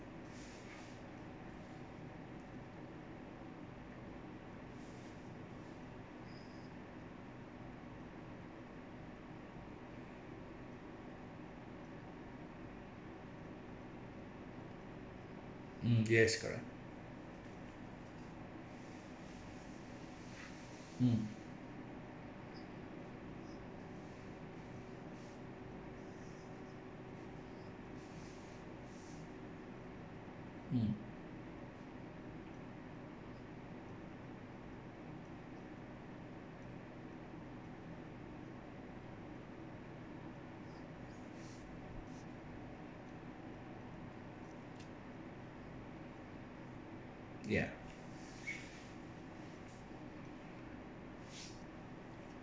mm yes correct mm mm ya